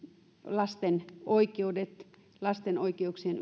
lasten oikeudet lasten oikeuksien